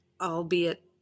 albeit